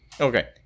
Okay